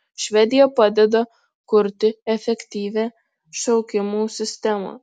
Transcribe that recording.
švedija padeda kurti efektyvią šaukimo sistemą